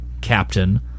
captain